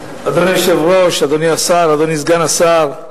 אדוני היושב-ראש, אדוני השר, אדוני סגן השר,